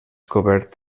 cobert